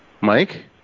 Mike